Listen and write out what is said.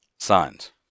Signs